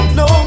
no